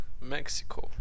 Mexico